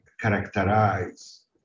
characterize